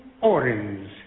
orange